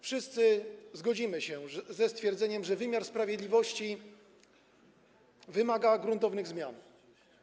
Wszyscy zgodzimy się ze stwierdzeniem, że wymiar sprawiedliwości wymaga gruntownych zmian.